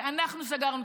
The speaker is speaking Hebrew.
כי אנחנו סגרנו,